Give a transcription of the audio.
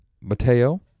Mateo